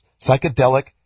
psychedelic